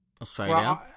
Australia